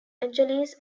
angeles